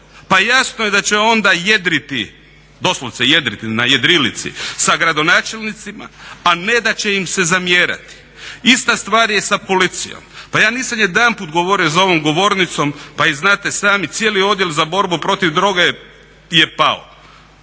Pa jasno je da će onda jedriti, doslovne jedriti na jedrilici sa gradonačelnicima, a ne da će im se zamjerati. Ista stvar je sa policijom. Pa ja nisam jedanput govorio za ovom govornicom, pa i znate sami cijeli odjel za borbu protiv droge je pao.